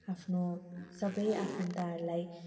आफ्नो सबै आफन्तहरूलाई